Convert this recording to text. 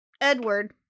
Edward